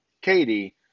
Katie